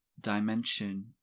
dimension